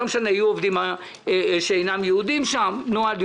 לא משנה,